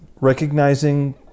recognizing